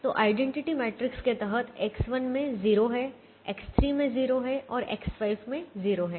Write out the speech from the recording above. तोआईडेंटिटी matrix के तहत X1 में 0 है X3 में 0 है और X5 में 0 है